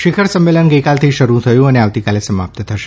શિખર સંમેલન ગઇકાલથી શરૂ થયું છે અને આવતીકાલે સમાપ્ત થશે